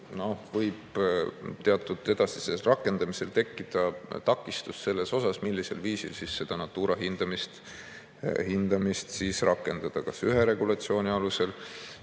võib edasisel rakendamisel tekkida takistus selles mõttes, millisel viisil seda Natura hindamist siis rakendada, kas ühe regulatsiooni alusel